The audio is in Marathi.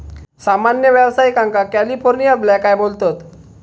सामान्य व्यावसायिकांका कॅलिफोर्निया ब्लॅकआय बोलतत